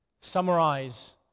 summarize